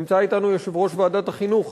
נמצא אתנו יושב-ראש ועדת החינוך,